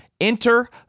Enter